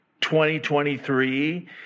2023